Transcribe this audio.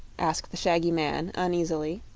asked the shaggy man, uneasily.